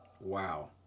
Wow